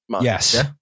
Yes